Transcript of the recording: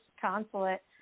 consulate